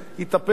התהפך,